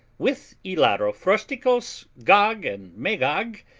with hilaro frosticos, gog and magog,